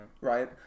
Right